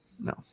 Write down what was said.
no